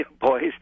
boys